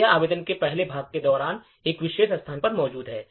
तो यह आवेदन के पहले भाग के दौरान एक विशेष स्थान पर मौजूद है